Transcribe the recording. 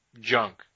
junk